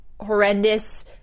horrendous